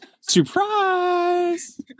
surprise